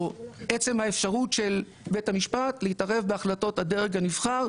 עצם האפשרות של בית המשפט להתערב בהחלטות הדרג הנבחר,